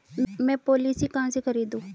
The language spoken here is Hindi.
मैं पॉलिसी कहाँ से खरीदूं?